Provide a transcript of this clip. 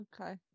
Okay